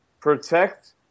protect